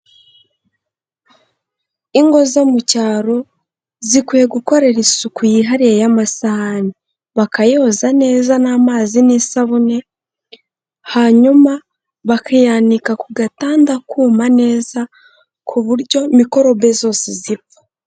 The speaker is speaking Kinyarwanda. Ingo zo mu cyaro zikwiye gukorera isuku yihariye y'amasahani, bakayohoza neza n'amazi n'isabune hanyuma bakayanika ku gatanda akuma neza ku buryo mikorobe zose zipfa.